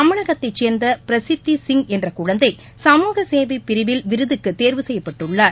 தமிழகத்தைச் சேர்ந்த பிரசித்தி சிங் என்ற குழந்தை சமூகசேவைப் பிரிவில் விருதுக்கு தேர்வு செய்யப்பட்டுள்ளார்